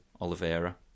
Oliveira